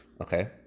Okay